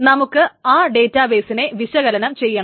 നമുക്ക് ആ ഡേറ്റാ ബെസിനെ വിശകലനം ചെയ്യണം